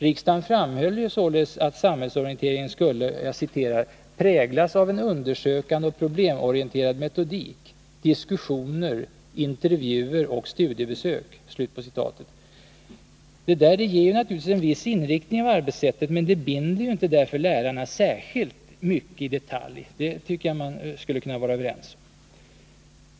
Riksdagen framhöll således att samhällsorienteringen skulle ”präglas av en undersökande och problemorienterad metodik, diskussioner, intervjuer och studiebesök”. Detta ger naturligtvis en viss inriktning av arbetssättet, men det binder ju därför inte lärarna särskilt mycket i detalj. Det tycker jag att man skulle kunna vara överens om.